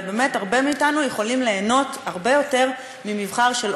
ובאמת הרבה מאתנו יכולים ליהנות הרבה יותר ממבחר של